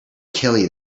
kelly